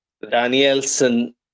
Danielson